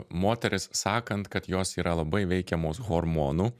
moteris sakant kad jos yra labai veikiamos hormonų